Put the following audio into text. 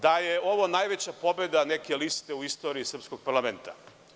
Da je ovo najveća pobeda neke liste u istoriji srpskog parlamenta.